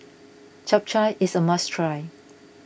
Japchae is a must try